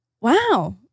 Wow